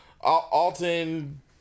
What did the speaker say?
Alton